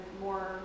more